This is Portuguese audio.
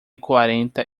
quarenta